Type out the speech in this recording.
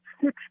six